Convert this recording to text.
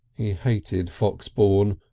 he hated foxbourne,